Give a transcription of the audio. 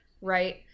Right